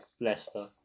Leicester